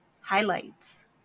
Highlights